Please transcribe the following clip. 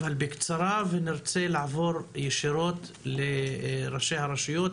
אבל בקצרה, ונרצה לעבור ישירות לראשי הרשויות